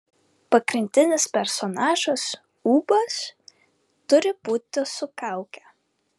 pagrindinis personažas ūbas turi būti su kauke